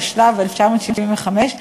התשל"ו 1975,